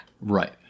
Right